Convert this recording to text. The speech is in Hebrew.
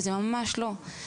וזה ממש לא.